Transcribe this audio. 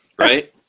right